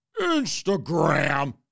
Instagram